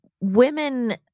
women